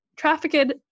trafficked